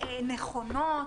נכונות וראויות,